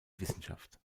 wissenschaft